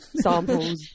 samples